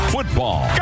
Football